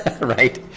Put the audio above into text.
right